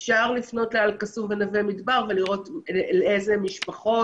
אפשר לפנות לאל-קסום ולנווה מדבר על-מנת לראות איזה משפחות,